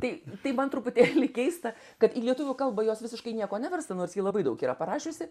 tai tai man truputėlį keista kad į lietuvių kalbą jos visiškai nieko nevirsta nors ji labai daug yra parašiusi